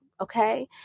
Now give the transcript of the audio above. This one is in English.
Okay